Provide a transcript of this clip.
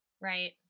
Right